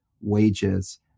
wages